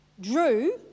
drew